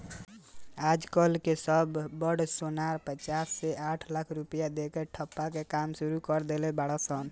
आज कल के सब बड़ सोनार पचास से साठ लाख रुपया दे के ठप्पा के काम सुरू कर देले बाड़ सन